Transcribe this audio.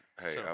Hey